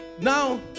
Now